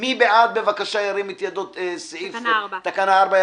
מי בעד תקנה 4?